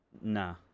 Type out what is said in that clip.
nah